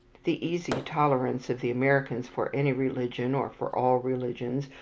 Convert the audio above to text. the easy tolerance of the american for any religion, or for all religions,